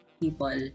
people